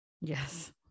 yes